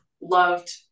loved